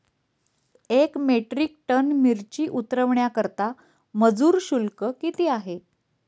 एक metric tonne मिरची उतरवण्याकरता मजूर शुल्क किती आहे?